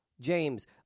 James